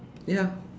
ya